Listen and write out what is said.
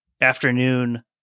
afternoon